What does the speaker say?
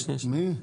מי?